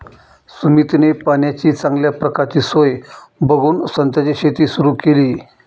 सुमितने पाण्याची चांगल्या प्रकारची सोय बघून संत्र्याची शेती सुरु केली